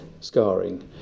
scarring